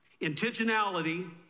intentionality